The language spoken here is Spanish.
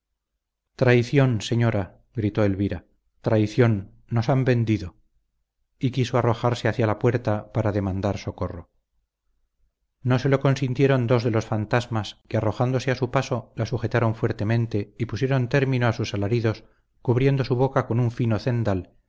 traición señora gritó elvira traición nos han vendido y quiso arrojarse hacia la puerta para demandar socorro no se lo consintieron dos de los fantasmas que arrojándose a su paso la sujetaron fuertemente y pusieron término a sus alaridos cubriendo su boca con un fino cendal